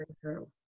true